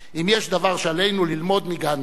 אם יש דבר שעלינו ללמוד מגנדי,